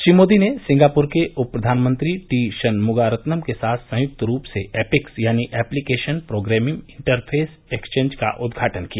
श्री मोदी ने सिंगापुर के उप प्रधानमंत्री टी शनमुगारत्नम के साथ संयुक्त रूप से एपिक्स यानि एप्लीकेशन प्रोग्रेमिंग इंटरफेस एक्सचेंज का उद्घाटन किया